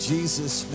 Jesus